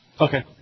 Okay